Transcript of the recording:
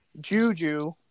Juju